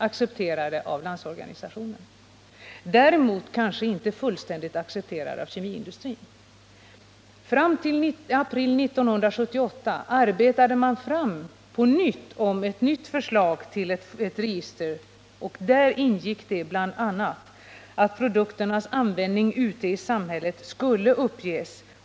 Däremot kanske det inte var fullständigt accepterat av den kemiska industrin. I april 1978 lade man fram ett nytt förslag till register, och i det ingick bl.a. att produkternas användning i samhället skulle uppges.